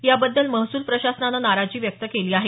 याबद्दल महसूल प्रशासनाने नाराजी व्यक्त केली आहे